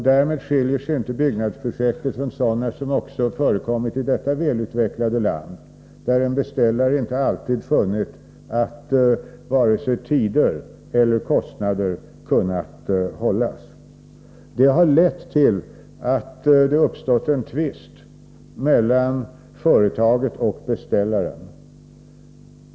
Därmed skiljer sig inte detta byggnadsprojekt från sådana som förekommit i vårt välutvecklade land, där inte alltid vare sig tider eller kostnader kunnat hållas. Det har lett till att det uppstått en tvist mellan företaget och beställaren.